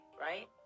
right